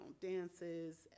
dances